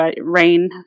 Rain